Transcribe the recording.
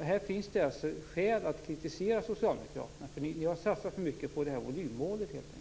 Här finns det skäl att kritisera socialdemokraterna. Ni har satsat för mycket på volymmålet helt enkelt.